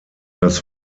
das